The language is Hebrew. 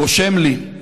רושם לי: